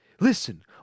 Listen